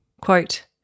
Quote